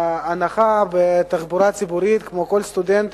הנחה בתחבורה ציבורית כמו כל סטודנט